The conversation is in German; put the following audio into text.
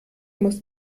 muss